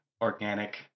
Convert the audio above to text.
organic